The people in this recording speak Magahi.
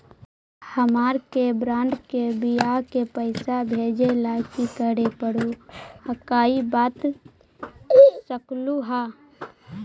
हमार के बह्र के बियाह के पैसा भेजे ला की करे परो हकाई बता सकलुहा?